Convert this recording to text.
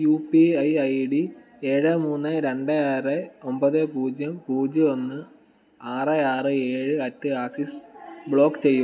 U P I I D ഏഴ് മൂന്ന് രണ്ട് ആറ് ഒമ്പത് പൂജ്യം പൂജ്യം ഒന്ന് ആറ് ആറ് ഏഴ് അറ്റ് ആക്സിസ് ബ്ലോക്ക് ചെയ്യുക